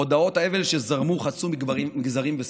הודעות האבל שזרמו חצו מגזרים ושפות.